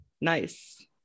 nice